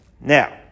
now